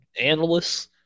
analysts